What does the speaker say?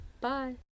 Bye